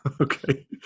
Okay